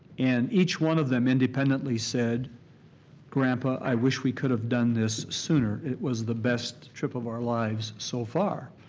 and each one of them independently said grandpa, i wish we could have done this sooner. it was the best trip of our lives so far.